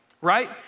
right